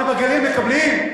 אבל בגליל מקבלים?